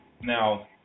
Now